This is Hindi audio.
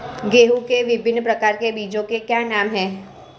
गेहूँ के विभिन्न प्रकार के बीजों के क्या नाम हैं?